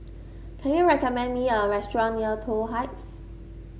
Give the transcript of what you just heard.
can you recommend me a restaurant near Toh Heights